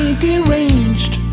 deranged